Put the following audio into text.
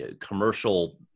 commercial